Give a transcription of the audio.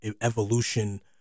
evolution